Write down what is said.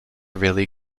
really